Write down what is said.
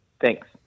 Thanks